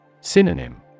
Synonym